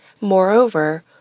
Moreover